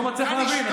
אני לא מצליח להבין.